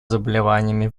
заболеваниями